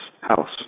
house